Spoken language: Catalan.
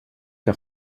que